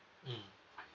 mmhmm